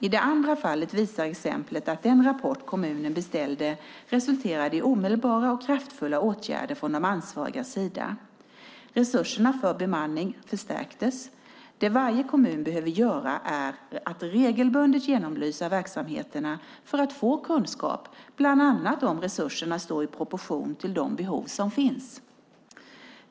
I det andra fallet visar exemplet att den rapport kommunen beställde resulterade i omedelbara och kraftfulla åtgärder från de ansvarigas sida. Resurserna för bemanning förstärktes. Det varje kommun behöver göra är att regelbundet genomlysa verksamheterna för att få kunskap bland annat om resurserna står i proportion till de behov som finns.